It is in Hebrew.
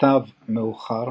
סתיו מאוחר